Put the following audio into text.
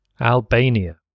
Albania